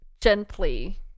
gently